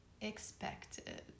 expected